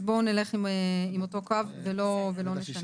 אז בואו נלך עם אותו קו ולא נשנה.